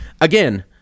again